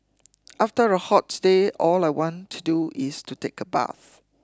after a hot day all I want to do is to take a bath